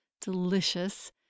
delicious